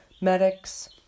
medics